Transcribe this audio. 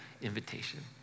invitation